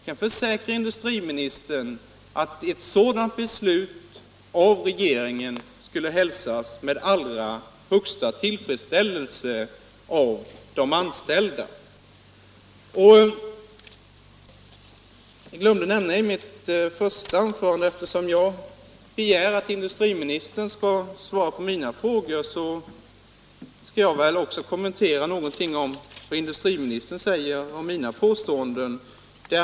Jag försäkrar industriministern att ett beslut av regeringen om sådana skulle hälsas med den allra största tillfredsställelse av de anställda. Eftersom jag begär att industriministern skall svara på mina frågor, skall jag väl också något kommentera vad industriministern säger om mina påståenden.